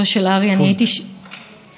ובהחלט,